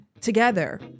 together